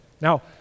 Now